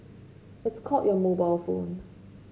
it's called your mobile phone